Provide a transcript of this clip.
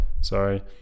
Sorry